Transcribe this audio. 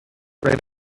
right